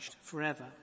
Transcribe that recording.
forever